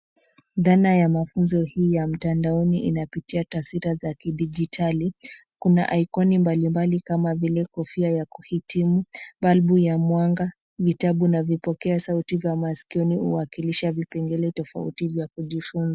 Dhana ya mafunzo hii ya mtandaoni inapitia tasita za kidijitali. Kuna ikoni mbalimbali kama vile kofia ya kuhitimu, balbu ya mwanga, vitabu na vipokea sauti vya maskioni huwakilisha vipengele tofauti vya kujifunza.